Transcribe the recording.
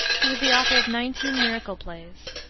he was the author of nineteen miracle plays.